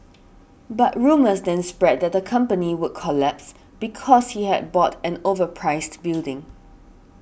but rumours then spread that the company would collapse because he had bought an overpriced building